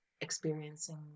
experiencing